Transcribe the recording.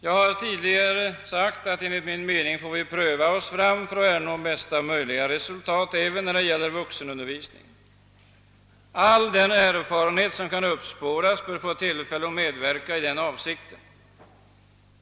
Jag har tidigare sagt att enligt min mening får vi pröva oss fram för att ernå bästa möjliga resultat även när det gäller vuxenundervisningen. Vi måste därför ta till vara all den erfarenhet som kan uppspåras.